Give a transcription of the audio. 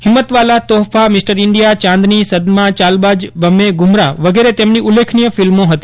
Himmatwala Tohfa mister India Chandni Sadma Chaalbaaz ભમ્હેં ગુમરાહ વગેરે તેમની ઉલ્લેખનીય ફિલ્મો હતી